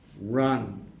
run